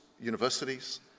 universities